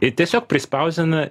i tiesiog prispausdina